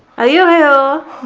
ah yeah will